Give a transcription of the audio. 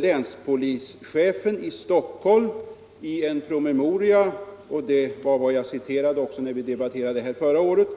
Länspolischefen i Stockholm uttalade i en promemoria — den citerade jag också när vi debatterade den här frågan förra året